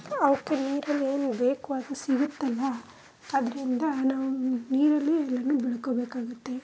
ಅವಕ್ಕೆ ನೀರಲ್ಲಿ ಏನು ಬೇಕು ಅದು ಸಿಗುತ್ತಲ್ಲ ಆದ್ರಿಂದ ನಾವು ನೀರಲ್ಲಿ ಏನು ಬೆಳ್ಕೊಬೇಕಾಗುತ್ತೆ